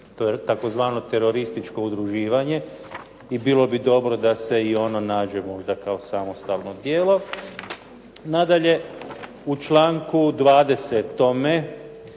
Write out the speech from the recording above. tzv. terorističko udruživanje i bilo bi dobro da se i ono nađe možda kao samostalno djelo. Nadalje, u članku 20.